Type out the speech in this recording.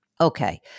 Okay